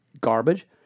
garbage